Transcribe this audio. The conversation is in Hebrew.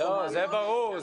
זה ברור.